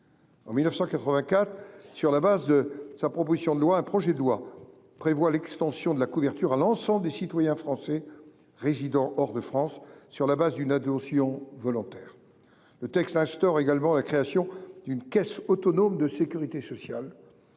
En 1984, s’appuyant sur sa proposition de loi, un projet de loi prévoyant l’extension de la couverture à l’ensemble des citoyens français résidant hors de France sur la base d’une adhésion volontaire est adopté. Le texte instaure également la création d’une caisse autonome de sécurité sociale,